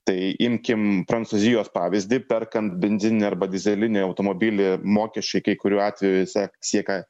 tai imkim prancūzijos pavyzdį perkant benzininį arba dyzelinį automobilį mokesčiai kai kurių atvejuose siekia